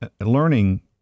learning